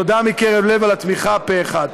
תודה מקרב לב על התמיכה פה-אחד.